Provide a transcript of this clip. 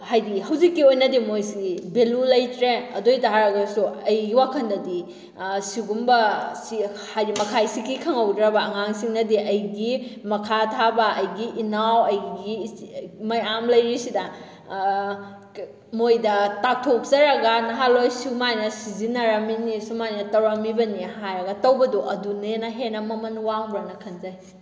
ꯍꯥꯏꯗꯤ ꯍꯧꯖꯤꯛꯀꯤ ꯑꯣꯏꯅꯗꯤ ꯃꯣꯏꯁꯤ ꯚꯦꯂꯨ ꯂꯩꯇ꯭ꯔꯦ ꯑꯗꯨ ꯑꯣꯏ ꯇꯥꯔꯒꯁꯨ ꯑꯩꯒꯤ ꯋꯥꯈꯜꯗꯗꯤ ꯁꯤꯒꯨꯝꯕꯁꯤ ꯍꯥꯏꯗꯤ ꯃꯈꯥꯏ ꯁꯤꯀꯤ ꯈꯪꯍꯧꯗ꯭ꯔꯕ ꯑꯉꯥꯡꯁꯤꯡꯅꯗꯤ ꯑꯩꯒꯤ ꯃꯈꯥ ꯊꯥꯕ ꯑꯩꯒꯤ ꯏꯅꯥꯎ ꯑꯩꯒꯤ ꯃꯌꯥꯝ ꯂꯩꯔꯤꯁꯤꯗ ꯃꯣꯏꯗ ꯇꯥꯛꯊꯣꯛꯆꯔꯒ ꯅꯍꯥꯜꯋꯥꯏ ꯁꯨꯃꯥꯏꯅ ꯁꯤꯖꯤꯟꯅꯔꯝꯃꯤꯅꯤ ꯁꯨꯃꯥꯏꯅ ꯇꯧꯔꯝꯃꯤꯕꯅꯤ ꯍꯥꯏꯔꯒ ꯇꯧꯕꯗꯣ ꯑꯗꯨꯅ ꯍꯦꯟꯅ ꯍꯦꯟꯅ ꯃꯃꯟ ꯋꯥꯡꯕ꯭ꯔꯥꯅ ꯈꯟꯖꯩ